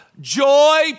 joy